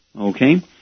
Okay